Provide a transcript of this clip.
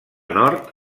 nord